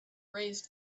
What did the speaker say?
raised